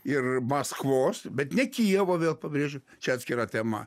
ir maskvos bet ne kijevo vėl pabrėžiu čia atskira tema